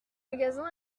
magasin